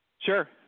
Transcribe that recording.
Sure